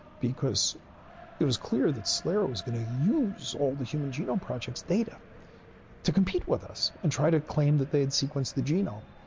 because it was clear that celera was going to use all the human genome project's data to compete with us and try to claim that they had sequenced the genome.